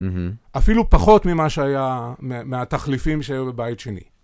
אפילו פחות ממה שהיה, מהתחליפים שהיו בבית שני.